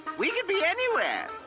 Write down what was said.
we could be anywhere!